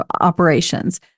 operations